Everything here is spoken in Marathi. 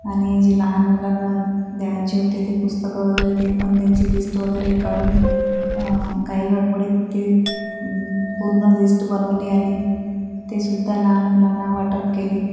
आणि जे लहान मुलांना द्यायचे होते ते पुस्तकं वगैरे ते पण त्यांची लिस्ट वगैरे काढून घाईगडबडीत ती पूर्ण लिस्ट बनवली आणि तीसुद्धा लहान मुलांना वाटप केली